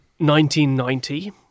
1990